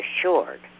assured